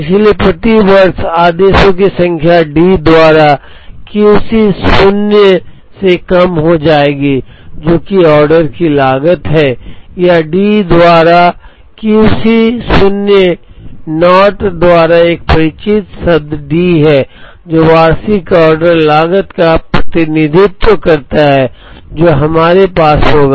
इसलिए प्रति वर्ष आदेशों की संख्या D द्वारा Q C शून्य से कम हो जाएगी जो कि ऑर्डर की लागत है यह D द्वारा Q C शून्य Q C naught द्वारा एक परिचित शब्द डी है जो वार्षिक ऑर्डर लागत का प्रतिनिधित्व करता है जो हमारे पास होगा